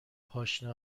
پاشنه